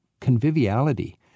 conviviality